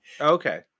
Okay